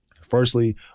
Firstly